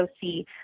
see